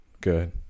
Good